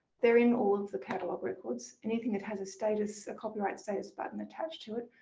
there in all of the catalogue records, anything that has a status, a copyright status button attached to it.